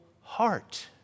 heart